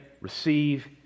receive